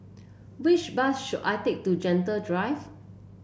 which bus should I take to Gentle Drive